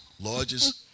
largest